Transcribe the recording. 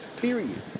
Period